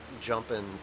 jumping